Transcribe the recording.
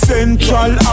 Central